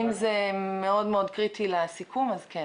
אם זה מאוד קריטי לסיכום אז כן.